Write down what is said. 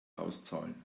auszahlen